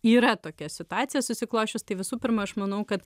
yra tokia situacija susiklosčius tai visų pirma aš manau kad